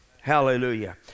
hallelujah